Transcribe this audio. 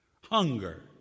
Hunger